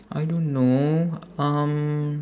I don't know um